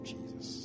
Jesus